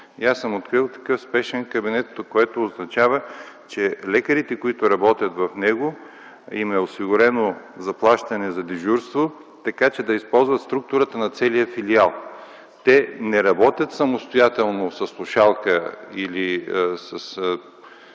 Аз съм открил такъв спешен кабинет, което означава, че на лекарите, които работят в него, е осигурено заплащане за дежурство, така че да използват структурата на целия филиал. Те не работят самостоятелно със слушалка или само